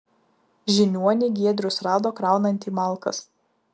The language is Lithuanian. žiniuonį giedrius rado kraunantį malkas